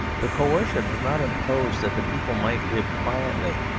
the coercion was not imposed that the people might live quietly,